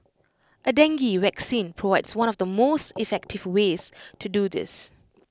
A dengue vaccine provides one of the most effective ways to do this